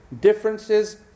Differences